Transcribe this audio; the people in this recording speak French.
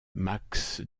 max